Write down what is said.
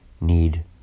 need